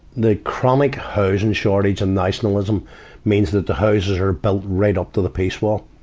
the chronic housing shortage and nationalism means that the houses are built right up to the peace wall.